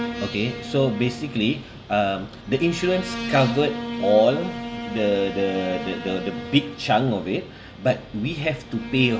okay so basically um the insurance covered all the the the the the big chunk of it but we have to pay lah